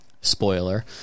spoiler